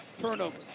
Turnover